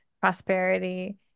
prosperity